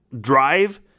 drive